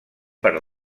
per